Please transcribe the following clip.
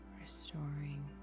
restoring